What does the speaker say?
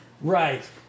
Right